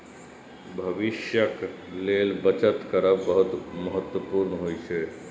भविष्यक लेल बचत करब बहुत महत्वपूर्ण होइ छै